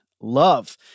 love